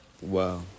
Wow